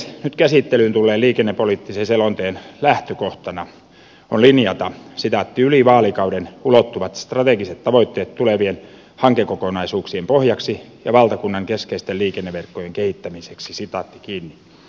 nyt käsittelyyn tulleen liikennepoliittisen selonteon lähtökohtana on linjata yli vaalikauden ulottuvat strategiset tavoitteet tulevien hankekokonaisuuksien pohjaksi ja valtakunnan keskeisten liikenneverkkojen kehittämiseksi